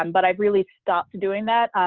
um but i really stopped doing that